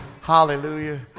Hallelujah